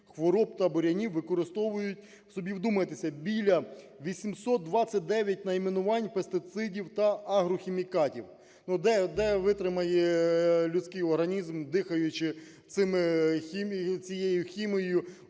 хвороб та бур'янів використовують, собі вдумайтеся, біля 829 найменувань пестицидів та агрохімікатів. Ну, де витримає людський організм, дихаючи цією хімією